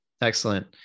Excellent